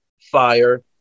fire